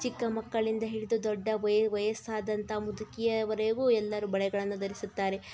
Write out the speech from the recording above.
ಚಿಕ್ಕ ಮಕ್ಕಳಿಂದ ಹಿಡಿದು ದೊಡ್ಡ ವಯ್ ವಯಸ್ಸಾದಂಥ ಮುದುಕಿಯವರೆಗೂ ಎಲ್ಲರೂ ಬಳೆಗಳನ್ನು ಧರಿಸುತ್ತಾರೆ